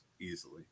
easily